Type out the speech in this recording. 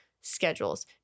schedules